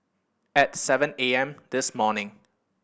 at seven A M this morning